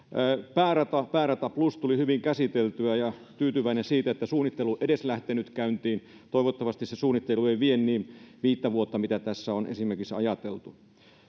päärata ja päärata plus tulivat hyvin käsiteltyä ja olen tyytyväinen siitä että suunnittelu edes on lähtenyt käyntiin toivottavasti se suunnittelu ei vie viittä vuotta mitä tässä on esimerkiksi ajateltu